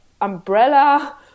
umbrella